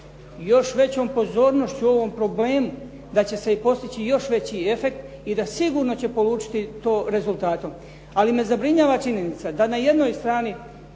još većom pozornošću u ovom problemu da će se postići i još veći efekt i da sigurno će polučiti to rezultatom. Ali me zabrinjava činjenica da na jednoj strani